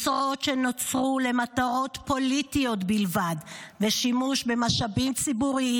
משרות שנוצרו למטרות פוליטיות בלבד ושימוש במשאבים ציבוריים